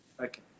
Okay